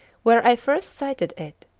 where i first sighted it,